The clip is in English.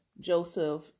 Joseph